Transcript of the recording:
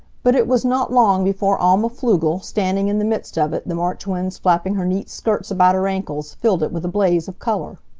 but it was not long before alma pflugel, standing in the midst of it, the march winds flapping her neat skirts about her ankles, filled it with a blaze of color.